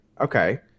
Okay